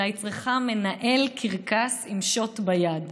אלא היא צריכה מנהל קרקס עם שוט ביד.